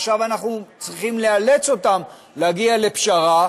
עכשיו אנחנו צריכים לאלץ אותם להגיע לפשרה.